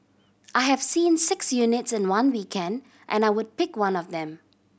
I have seen six units in one weekend and I would pick one of them